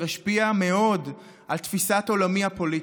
ואשר השפיע מאוד על תפיסת עולמי הפוליטית.